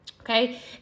Okay